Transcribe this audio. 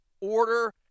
order